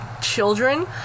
children